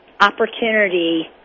opportunity